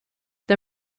der